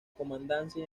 comandancia